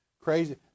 Crazy